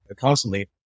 constantly